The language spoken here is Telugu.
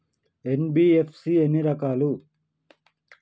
ఎన్.బి.ఎఫ్.సి ఎన్ని రకాలు?